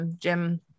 Jim